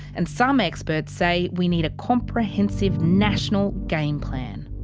and some experts say we need a comprehensive national game plan.